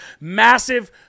Massive